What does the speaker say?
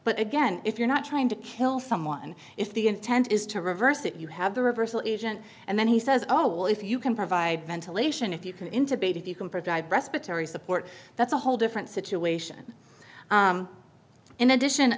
but again if you're not trying to kill someone if the intent is to reverse it you have the reversal and then he says oh well if you can provide ventilation if you can into baby if you compare dr respiratory support that's a whole different situation in addition